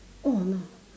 oh no